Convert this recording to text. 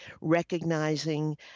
recognizing